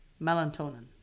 melatonin